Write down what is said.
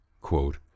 quote